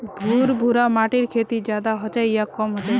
भुर भुरा माटिर खेती ज्यादा होचे या कम होचए?